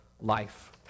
life